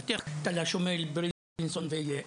בתי החולים הם לא רק תל השומר בלינסון ורמב"ם,